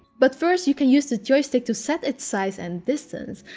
but first, you can use the joystick to set its size and distance.